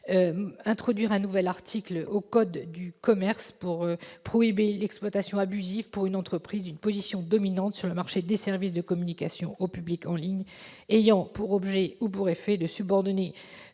d'introduire un nouvel article dans le code de commerce prohibant « l'exploitation abusive par une entreprise ou un groupe d'entreprises d'une position dominante sur le marché des services de communication au public en ligne ayant pour objet ou pour effet de subordonner